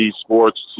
sports